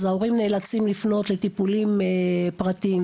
אז הורים נאלצים לפנות לטיפולים פרטיים.